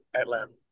Atlanta